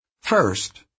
First